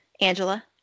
Angela